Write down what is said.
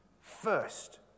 First